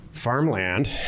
farmland